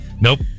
Nope